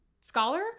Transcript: scholar